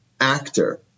actor